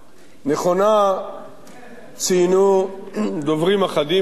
נכונה ציינו דוברים אחדים את העובדה